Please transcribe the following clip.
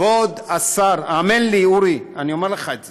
כבוד השר, האמן לי, אורי, אני אומר לך את זה,